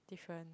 different